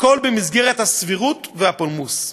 הכול במסגרת הסבירות והפולמוס.